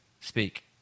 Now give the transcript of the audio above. Speak